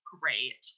Great